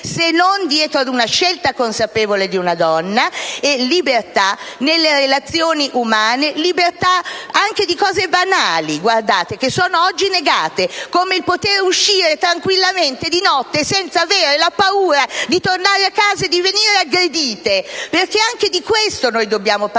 se non dietro una scelta consapevole di una donna, della libertà nelle relazioni umane, della libertà anche per cose banali che sono oggi negate, come il poter uscire tranquillamente di notte senza avere la paura di tornare a casa e di venire aggredite. Anche di questo tema dobbiamo parlare,